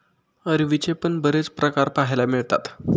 अरवीचे पण बरेच प्रकार पाहायला मिळतात